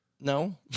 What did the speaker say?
No